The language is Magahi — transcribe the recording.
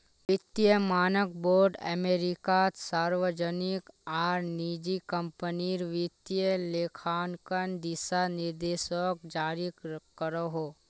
वित्तिय मानक बोर्ड अमेरिकात सार्वजनिक आर निजी क्म्पनीर वित्तिय लेखांकन दिशा निर्देशोक जारी करोहो